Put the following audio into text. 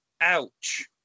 Ouch